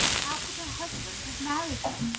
how could her husband have married her?